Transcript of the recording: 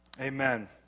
Amen